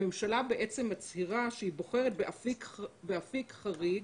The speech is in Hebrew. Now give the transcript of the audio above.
הממשלה בעצם מצהירה שהיא בוחרת באפיק חריג